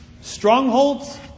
strongholds